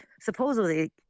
supposedly